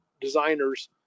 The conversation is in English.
designers